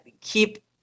keep